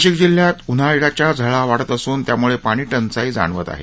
नाशिक जिल्ह्यात उन्हाळ्याच्या झळा वाढत असून त्यामुळे पाणी टंचाई जाणवत आहे